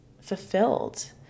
fulfilled